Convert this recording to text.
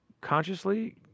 consciously